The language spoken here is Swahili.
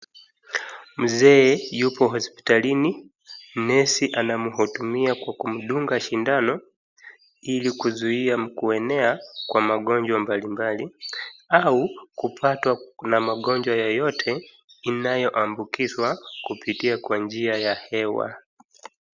Mzee yupo hospitalini. Nesi anamhudumia kwa kumdunga sindano ilikuzuia kuenea kwa magonjwa mbalimbali au kupatwa na magonjwa yoyote inayoambukizwa kupitia kwa njia ya hewa.